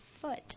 foot